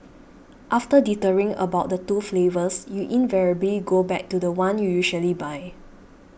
after dithering over the two flavours you invariably go back to the one you usually buy